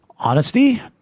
Honesty